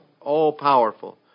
All-powerful